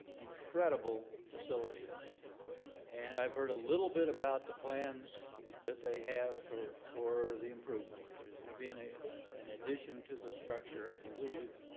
incredible facility and i've heard a little bit about the plans that they have for for the improvement there's gonna be in and addition to the structure i believe